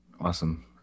Awesome